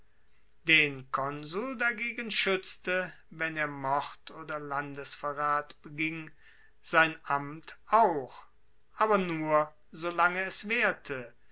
den konsul dagegen schuetzte wenn er mord oder landesverrat beging sein amt auch aber nur solange es waehrte